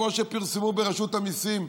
כמו שפרסמו ברשות המיסים,